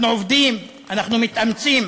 אנחנו עובדים, אנחנו מתאמצים,